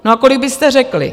A kolik byste řekli?